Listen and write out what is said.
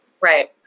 Right